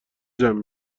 جمع